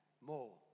more